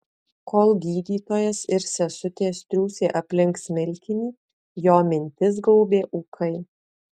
kol gydytojas ir sesutės triūsė aplink smilkinį jo mintis gaubė ūkai